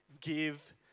give